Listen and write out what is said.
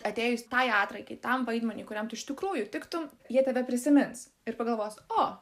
atėjus tai atrankai tam vaidmeniui kuriam tu iš tikrųjų tiktum jie tave prisimins ir pagalvos o